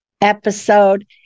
episode